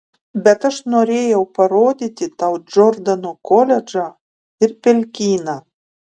bet aš norėjau parodyti tau džordano koledžą ir pelkyną